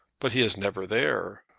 but he is never there.